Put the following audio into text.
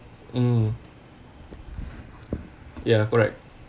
mm ya correct